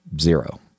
zero